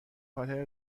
خاطر